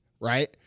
right